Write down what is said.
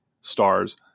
stars